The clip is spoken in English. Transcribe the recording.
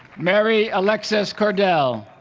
mary alexis cordell